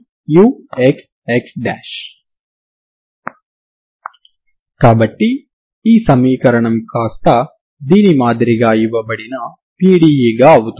కాబట్టి ఈ సమీకరణం కాస్త దీని మాదిరిగా ఇవ్వబడిన PDE గా అవుతుంది